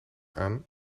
aan